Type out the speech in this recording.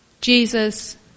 Jesus